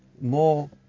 more